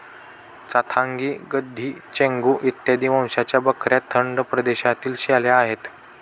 चांथागी, गड्डी, चेंगू इत्यादी वंशाच्या बकऱ्या थंड प्रदेशातील शेळ्या आहेत